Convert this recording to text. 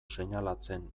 seinalatzen